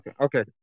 okay